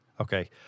okay